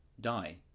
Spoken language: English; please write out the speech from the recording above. die